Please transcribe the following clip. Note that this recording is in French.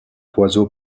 oiseau